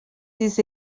des